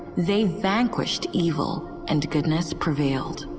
they vanquished evil and goodness prevailed.